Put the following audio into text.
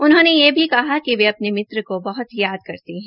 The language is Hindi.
उन्होंने यह भी कहा कि वे अपने मित्र को बहत याद करते है